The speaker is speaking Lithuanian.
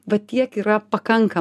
va tiek yra pakanka